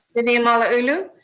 vivian malauulu.